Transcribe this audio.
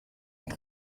und